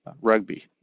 rugby